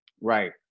Right